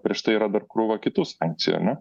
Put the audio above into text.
prieš tai yra dar krūva kitų sankcijų ane